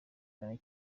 kane